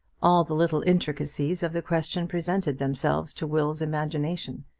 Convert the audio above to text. all the little intricacies of the question presented themselves to will's imagination.